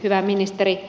hyvä ministeri